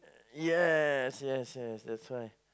yes yes yes that's why